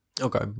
Okay